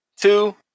two